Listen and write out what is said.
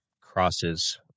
crosses